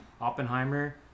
oppenheimer